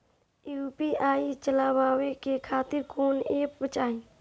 UPI चलवाए के खातिर कौन एप चाहीं?